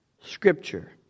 Scripture